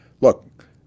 Look